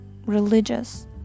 religious